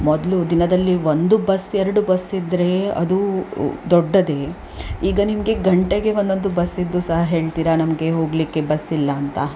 ಮೊದಲು ದಿನದಲ್ಲಿ ಒಂದು ಬಸ್ ಎರಡು ಬಸ್ ಇದ್ದರೆ ಅದು ದೊಡ್ಡದೆ ಈಗ ನಿಮಗೆ ಗಂಟೆಗೆ ಒಂದೊಂದು ಬಸ್ಸಿದ್ದು ಸಹ ಹೇಳ್ತೀರ ನಮಗೆ ಹೋಗಲಿಕ್ಕೆ ಬಸ್ಸಿಲ್ಲ ಅಂತ